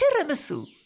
tiramisu